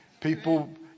People